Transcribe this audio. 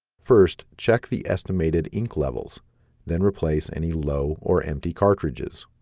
first check the estimated ink levels then replace any low or empty cartridges